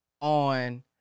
on